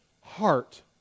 heart